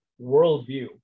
worldview